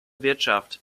wirtschaft